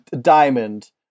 diamond